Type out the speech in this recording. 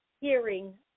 hearing